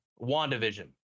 WandaVision